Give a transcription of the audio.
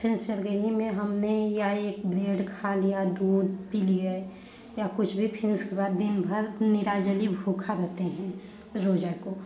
फिर छरगही में हमने या एक ब्रेड खा लिया दूध पी लिया या कुछ भी फिन उसके बाद दिन भर निर्जली भूखा रहते हैं रोज़ा को